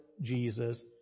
Jesus